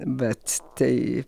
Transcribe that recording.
bet tai